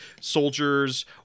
soldiers